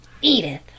Edith